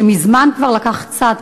שמזמן כבר לקח צד,